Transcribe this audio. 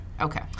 Okay